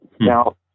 Now